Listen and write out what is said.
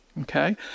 Okay